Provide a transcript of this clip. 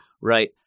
right